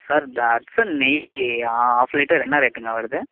sir இந்த ஹட்சன் நெய் half litre என்ன ரேட்டுங்க வருது